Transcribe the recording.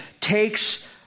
takes